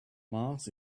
mars